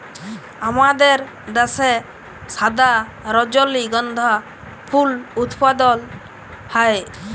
আমাদের দ্যাশে সাদা রজলিগন্ধা ফুল উৎপাদল হ্যয়